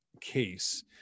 case